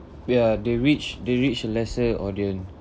ya they reach they reach a lesser audience